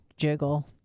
Jiggle